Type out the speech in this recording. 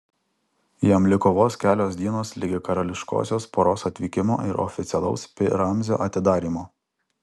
jam liko vos kelios dienos ligi karališkosios poros atvykimo ir oficialaus pi ramzio atidarymo